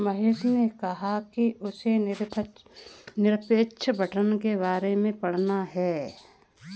महेंद्र ने कहा कि उसे निरपेक्ष रिटर्न के बारे में पढ़ना है